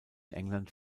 england